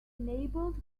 enabled